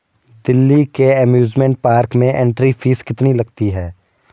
दिल्ली के amusement park में entry fees कितनी लगती है?